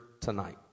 tonight